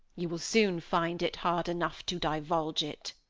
you will soon find it hard enough to divulge it.